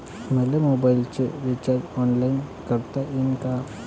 मले मोबाईलच recharge online करता येईन का?